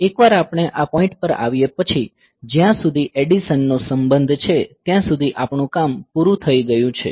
એકવાર આપણે આ પોઈન્ટ પર આવીએ પછી જ્યાં સુધી એડીશન નો સંબંધ છે ત્યાં સુધી આપણું કામ પૂરું થઈ ગયું છે